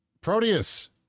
Proteus